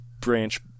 branch